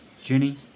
Jenny